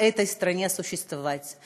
להודות לכם על שנתתם הזדמנות קיום למדינה הזאת,